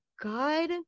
God